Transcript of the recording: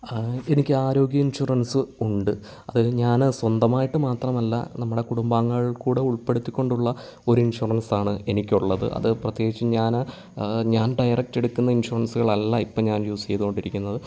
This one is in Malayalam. എനിക്ക് ആരോഗ്യ ഇൻഷുറൻസ് ഉണ്ട് അത് ഞാന് സ്വന്തമായിട്ട് മാത്രമല്ല നമ്മുടെ കുടുംബാംഗങ്ങൾക്കൂടെ ഉൾപ്പെടുത്തിക്കൊണ്ടുള്ള ഒരു ഇൻഷുറൻസാണ് എനിക്കുള്ളത് അത് പ്രത്യേകിച്ച് ഞാൻ ഞാൻ ഡയറക്റ്റെടുക്കുന്ന ഇൻഷുറൻസുകളല്ല ഇപ്പം ഞാൻ യുസെയ്തോണ്ടിരിക്കുന്നത്